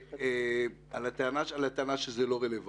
לגבי הטענה שזה לא רלוונטי.